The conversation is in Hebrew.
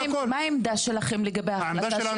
מה העמדה שלכם לגבי ההחלטה?